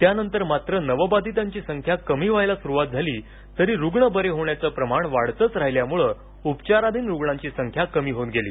त्यानंतर मात्र नवबाधितांची संख्या कमी व्हायला सुरूवात झाली तरी रुण बरे होण्याचं प्रमाण वाढतंच राहिल्यानं उचाराधिन रुणांची संख्या कमी होत गेली